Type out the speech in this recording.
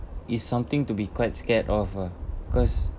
it's something to be quite scared of lah cause